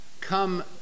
Come